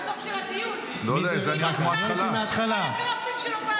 אנחנו חיים בניו זילנד.